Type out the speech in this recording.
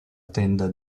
tenda